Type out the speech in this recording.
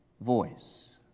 voice